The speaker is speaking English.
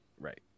right